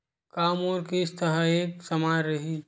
का मोर किस्त ह एक समान रही?